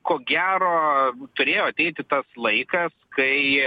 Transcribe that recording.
ko gero turėjo ateiti tas laikas kai